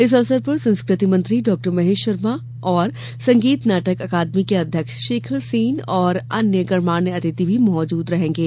इस अवसर पर संस्कृति मंत्री डॉ महेश शर्मा एवं संगीत नाटक अकादमी के अध्यक्ष शेखर सेन एवं अन्य गणमान्य अतिथि भी रहेंगे